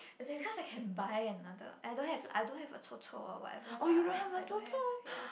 because I can buy another I don't have I don't have a 臭臭 or whatever lah I don't have ya